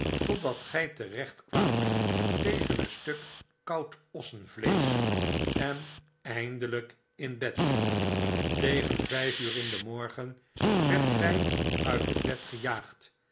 totdat gy terecht kwaamt tegen een stuk koud ossenvleesch en eindelyk in bed tegen vijf uur in den morgen werdt gij uit het bed gejaagd